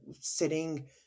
sitting